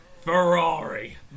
Ferrari